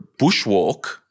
bushwalk